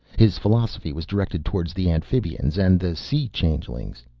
his philosophy was directed towards the amphibians and the sea-changelings.